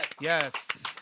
Yes